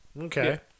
Okay